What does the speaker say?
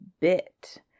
bit